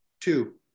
two